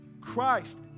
Christ